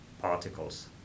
particles